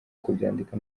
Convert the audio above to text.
kubyandika